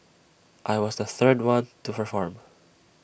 I was the third one to perform